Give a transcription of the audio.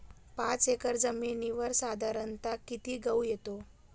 पाच एकर जमिनीवर साधारणत: किती गहू येतो?